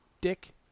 Dick